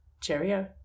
cheerio